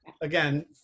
again